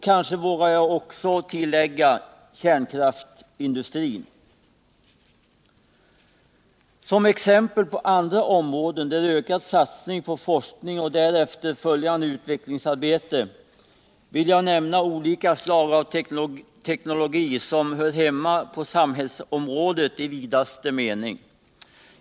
Kanske vågar jag också tillägga kärnkraftsindustrin. Som exempel på andra områden, som kräver ökad satsning på forskning och därefter följande utvecklingsarbete, vill jag nämna olika slag av teknologi som hör hemma på samhällsområdet i vidaste mening.